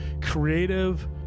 creative